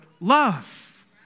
love